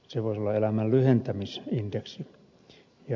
se voisi olla elämän lyhentämisindeksi